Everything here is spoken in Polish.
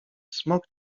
smok